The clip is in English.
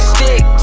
Stick